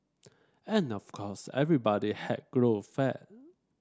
and of course everybody has grown fat